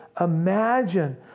imagine